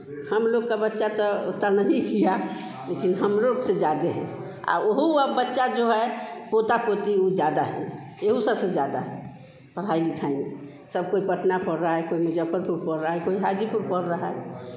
हम लोग का बच्चा तो उतना नहीं किया लेकिन हम लोग से ज़्यादे हैं आ ओ ओहू अब बच्चा जो है पोता पोती वो ज़्यादा है एहू सबसे ज़्यादा है पढ़ाई लिखाई में सब कोई पटना पढ़ रहा है कोई मुजफ्फरपुर पढ़ रहा है कोई हाजीपुर पढ़ रहा है